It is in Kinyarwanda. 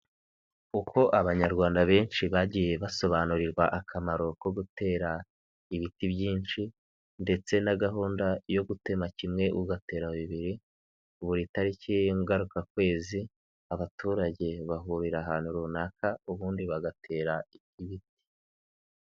Uko abanyarwanda benshi bagiye basobanurirwa akamaro ko gutera ibiti byinshi ndetse na gahunda yo gutema kimwe ugatera bibiri, buri tariki ngarukakwezi, abaturage bahurira ahantu runaka ubundi bagatera ibiti.